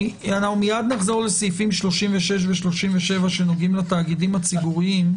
מייד נחזור לסעיפים 36 ו-37 בעניין התאגידים הציבוריים.